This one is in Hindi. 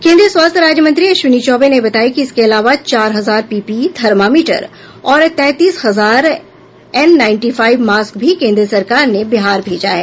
केंद्रीय स्वास्थ्य राज्य मंत्री अश्विनी चौबे ने बताया कि इसके अलावा चार हजार पीपीई थर्मामीटर और तैंतीस हजार एन नाईंटीफाइव मास्क भी केंद्र सरकार ने बिहार भेजा है